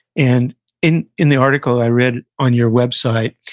and in in the article i read on your website,